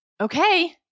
Okay